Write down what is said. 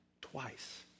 twice